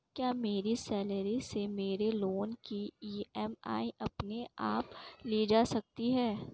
क्या मेरी सैलरी से मेरे लोंन की ई.एम.आई अपने आप ली जा सकती है?